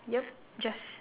yup just